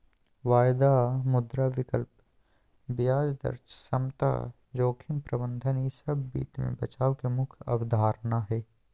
वायदा, मुद्रा विकल्प, ब्याज दर समता, जोखिम प्रबंधन ई सब वित्त मे बचाव के मुख्य अवधारणा हय